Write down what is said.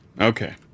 Okay